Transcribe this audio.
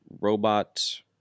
robot